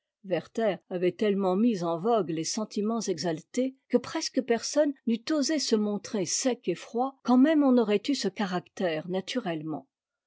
werther avait tellement mis en vogue les sentiments exaités que presque personne n'eût osé se montrer sec et froid quand même on aurait eu ce caractère naturellement